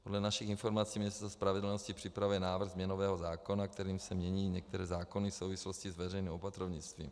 Podle našich informací ministr spravedlnosti připravuje návrh změnového zákona, kterým se mění některé zákony v souvislosti s veřejným opatrovnictvím.